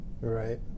right